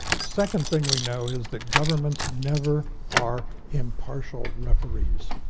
second thing we know is that governments never are impartial referees.